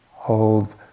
Hold